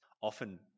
often